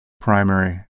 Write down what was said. primary